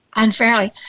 Unfairly